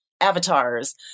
avatars